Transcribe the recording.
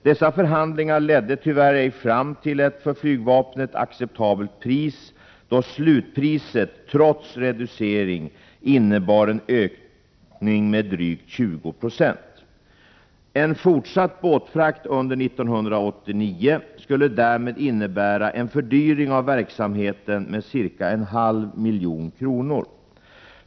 Dessa förhandlingar ledde tyvärr ej fram till ett för flygvapnet acceptabelt pris, då slutpriset trots reducering innebar en ökning med drygt 20 Po. En fortsatt båtfrakt under 1989 skulle därmed innebära en fördyring av verksamheten med cirka en halv miljon kronor.